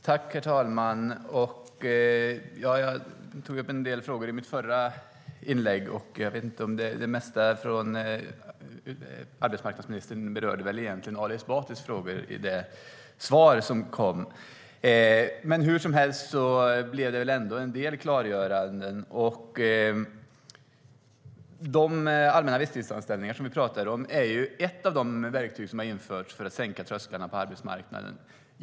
Svar på interpellationer Herr talman! Jag tog upp en del frågor i mitt förra inlägg, men arbetsmarknadsministern berörde väl egentligen bara Ali Esbatis frågor i sitt efterföljande inlägg. Hur som helst blev det ändå en del klargöranden. De allmänna visstidsanställningarna, som vi pratade om, är ett av de verktyg som har införts för att sänka trösklarna på arbetsmarknaden.